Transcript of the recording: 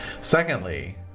Secondly